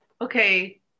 Okay